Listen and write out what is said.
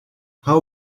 how